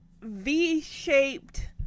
V-shaped